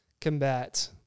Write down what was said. combat